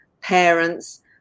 parents